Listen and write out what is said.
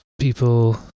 people